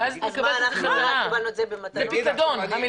המילה היא פיקדון.